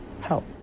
help